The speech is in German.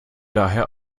daher